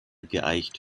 geeicht